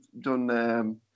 done